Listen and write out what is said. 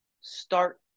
start